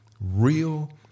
real